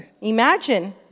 Imagine